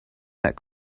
that